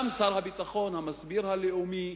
גם שר הביטחון, המסביר הלאומי,